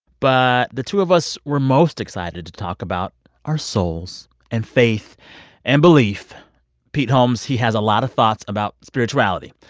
but the two of us were most excited to talk about our souls and faith and belief pete holmes, he has a lot of thoughts about spirituality.